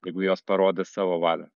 jeigu jos parodys savo valią